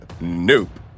Nope